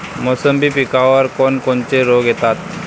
मोसंबी पिकावर कोन कोनचे रोग येतात?